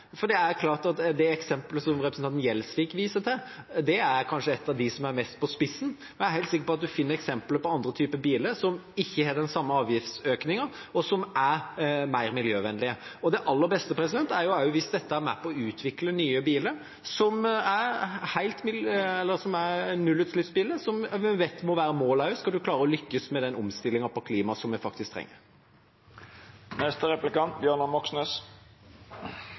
er det jo klart hva prisen på bilen blir når en skal handle inn ny bil neste år. Jeg er klar over at det nok vil bety at en velger andre typer løsninger, men ikke minst gir det gode incentiver til å velge biler som er mer miljøvennlige. Det eksempelet som representanten Gjelsvik viser til, er kanskje av dem som er satt mest på spissen. Jeg er helt sikker på at en finner eksempler på andre typer biler som ikke har den samme avgiftsøkningen, og som er mer miljøvennlige. Det aller beste er hvis dette er med på å utvikle nye biler som er nullutslippsbiler, som vi vet